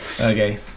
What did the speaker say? okay